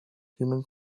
human